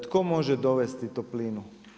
Tko može dovesti toplinu?